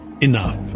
Enough